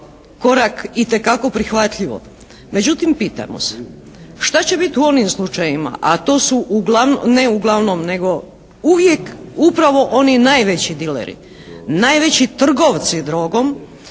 korak itekako prihvatljivo. Međutim, pitamo se šta će biti u onim slučajevima a to su uglavnom, ne uglavnom nego uvijek upravo oni najveći dileri, najveći trgovci drogom